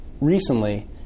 recently